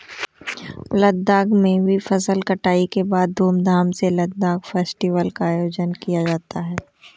लद्दाख में भी फसल कटाई के बाद धूमधाम से लद्दाख फेस्टिवल का आयोजन किया जाता है